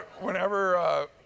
whenever